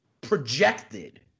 projected